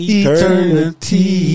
eternity